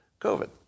COVID